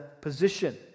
position